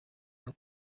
iyo